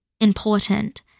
important